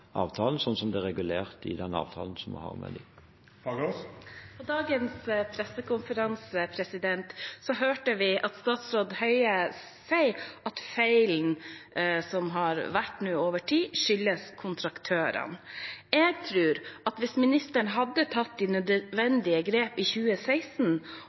det er regulert i avtalen vi har med dem. På dagens pressekonferanse hørte vi statsråd Høie si at feilen som nå har vart over tid, skyldes kontraktørene. Jeg tror at hvis ministeren hadde tatt de nødvendige grepene i 2016